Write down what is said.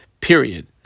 Period